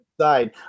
side